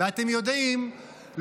אתם יודעים,